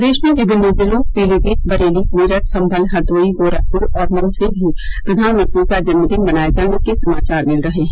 प्रदेश में विभिन्न जिलों पीलीमीत बरेली मेरठ सम्भल हरदोई गोरखपुर और मऊ जिलों से भी प्रधानमंत्री का जन्मदिन मनाए जाने के समाचार मिले रहे हैं